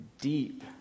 deep